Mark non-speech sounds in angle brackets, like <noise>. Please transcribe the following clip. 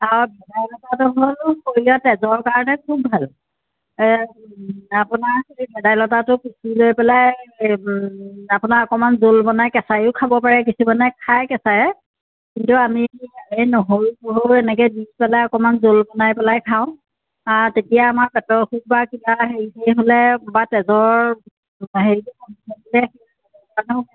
আৰু ভেদাইলতাটো হ'ল শৰীৰৰ তেজৰ কাৰণে খুব ভাল আপোনাৰ ভেদাইলতাটো পিছি লৈ পেলাই আপোনাৰ অকণমান জোল বনাই কেঁচায়ো খাব পাৰে কিছুমানে খায় কেঁচায়ে কিন্তু আমি এই নহৰু পহৰু এনেকৈ দি পেলাই অকণমান জোল বনাই পেলাই খাওঁ তেতিয়া আমাৰ পেটৰ অসুখ বা কিবা হেৰি হ'লে বা তেজৰ হেৰি <unintelligible>